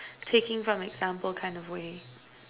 taking from example kind of way